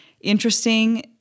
interesting